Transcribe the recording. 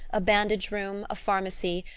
a bandage-room, a pharmacy,